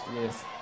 Yes